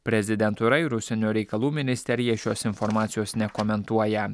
prezidentūra ir užsienio reikalų ministerija šios informacijos nekomentuoja